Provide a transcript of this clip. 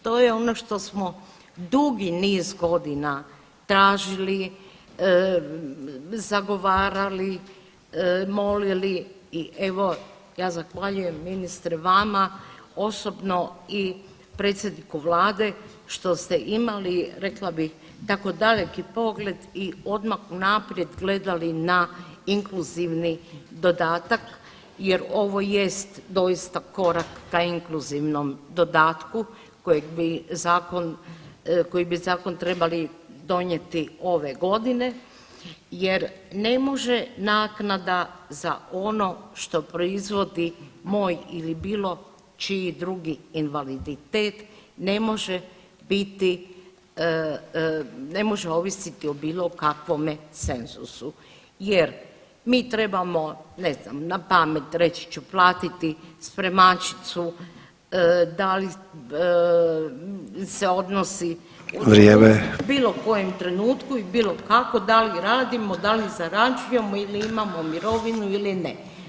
To je ono što smo dugi niz godina tražili, zagovarali, molili i evo, ja zahvaljujem ministre, vama osobno i predsjedniku Vlade što ste imali, rekla bih, tako daleki pogled i odmah unaprijed gledali na inkluzivni dodatak jer ovo jest doista korak ka inkluzivnom dodatku kojeg bi zakon, koji bi zakon trebali donijeti ove godine jer ne može naknada za ono što proizvodi moj ili bilo čiji drugi invaliditet, ne može biti, ne može ovisiti o bilo kakvome cenzusu jer mi trebamo, ne znam, napamet, reći ću, platiti spremačicu, da li se odnosi u [[Upadica: Vrijeme.]] bilo kojem trenutku i bilo kako, da li radimo, da li zarađujemo ili imamo mirovinu ili ne.